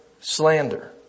slander